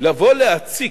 לבוא להציק,